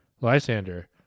lysander